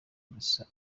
gusa